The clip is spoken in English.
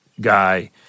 guy